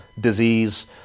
Disease